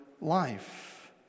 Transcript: life